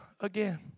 again